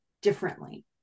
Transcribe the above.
differently